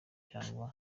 cyanga